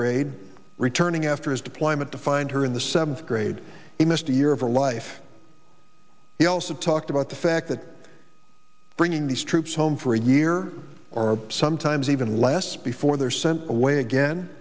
grade returning after his deployment to find her in the seventh grade he missed a year of her life he also talked about the fact that bringing these troops home for a year or sometimes even less before they're sent away again